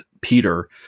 Peter